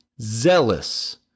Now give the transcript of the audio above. zealous